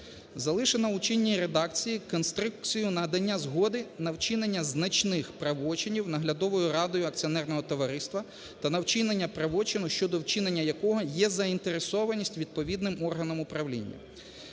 Залишено у чинній редакції конструкцію надання згоди на вчинення значних правочинів Наглядовою радою акціонерного товариства та на вчинення правочину, щодо вчинення якого є заінтересованість відповідним органом управління.